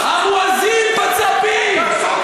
אתה סופר-חצוף.